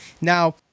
Now